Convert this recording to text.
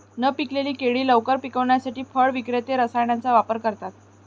न पिकलेली केळी लवकर पिकवण्यासाठी फळ विक्रेते रसायनांचा वापर करतात